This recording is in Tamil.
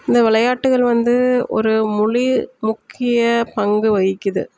இந்த விளையாட்டுகள் வந்து ஒரு முழு முக்கிய பங்கு விகிக்குது